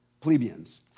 plebeians